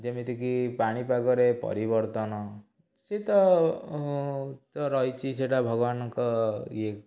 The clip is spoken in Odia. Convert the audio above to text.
ଯେମିତିକି ପାଣିପାଗରେ ପରିବର୍ତ୍ତନ ସେ ତ ରହିଛି ସେଇଟା ଭଗବାନଙ୍କ ଇଏ